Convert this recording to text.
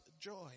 joy